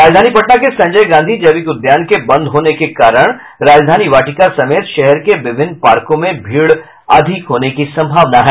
राजधानी पटना के संजय गांधी जैविक उद्यान के बंद होने के कारण राजधानी वाटिका समेत शहर के विभिन्न पार्कों में भीड़ अधिक होने की संभावना है